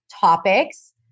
topics